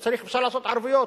אפשר לעשות ערבויות.